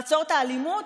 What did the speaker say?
לעצור את האלימות?